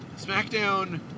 SmackDown